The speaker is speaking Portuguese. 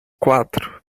quatro